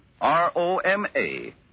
R-O-M-A